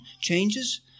changes